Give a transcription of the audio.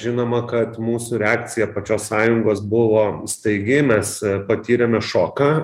žinoma kad mūsų reakcija pačios sąjungos buvo staigi mes patyrėme šoką